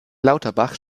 lauterbach